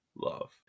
love